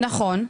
נכון,